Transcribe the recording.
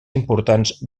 importants